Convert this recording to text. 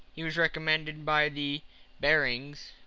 he was recommended by the barings,